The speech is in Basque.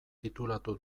titulatu